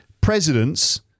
presidents